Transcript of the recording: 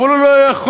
והוא לא יכול,